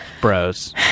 bros